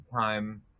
time